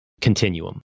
continuum